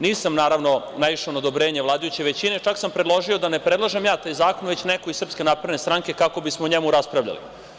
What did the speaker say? Nisam, naravno, naišao na odobrenje vladajuće većine, a čak sam predložio da ne predlažem ja taj zakon, već neko iz SNS, kako bismo o njemu raspravljali.